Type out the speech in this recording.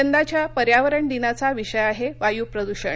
यंदाच्या पर्यावरणदिनाचा विषय आहे वायू प्रदृषण